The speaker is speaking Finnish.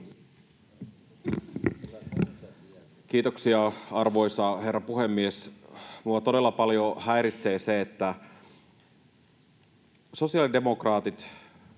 Kiitoksia, arvoisa herra puhemies! Minua todella paljon häiritsee se, että sosiaalidemokraatit